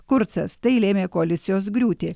kurcas tai lėmė koalicijos griūtį